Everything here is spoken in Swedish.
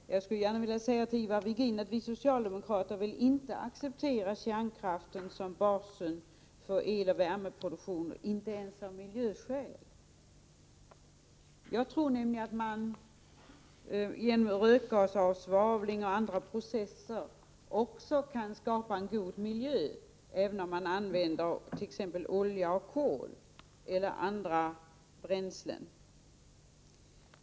Herr talman! Jag skulle gärna vilja säga till Ivar Virgin att vi socialdemokrater inte långsiktigt vill acceptera kärnkraften som basen för eloch värmeproduktionen — inte ens av miljöskäl. Jag tror nämligen att man genom rökgasavsvavling och andra processer kan skapa en god miljö även om man använder t.ex. olja och kol eller andra bränslen.